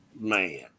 Man